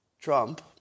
Trump